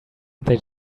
they